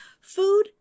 Food